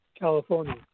California